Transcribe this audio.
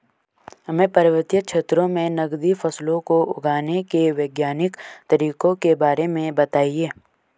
हमें पर्वतीय क्षेत्रों में नगदी फसलों को उगाने के वैज्ञानिक तरीकों के बारे में बताइये?